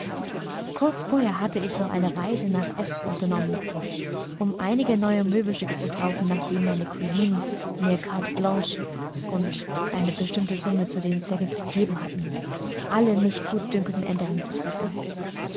kurz vorher hatte ich noch eine reise nach s unternommen um einige neue möbelstücke zu kaufen nachdem meine cousinen mir carte blanche und eine bestimmte summe zu dem zwecke gegeben hatten alle mich gut dünkenden änderungen zu treffen